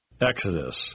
Exodus